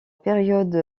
période